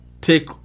take